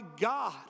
God